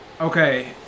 okay